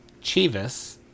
Chivas